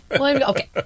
Okay